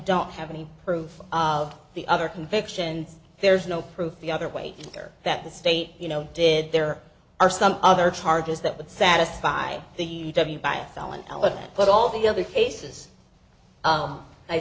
don't have any proof of the other convictions there's no proof the other way or that the state you know did there are some other charges that would satisfy the buy a felony element but all the other cases